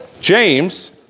James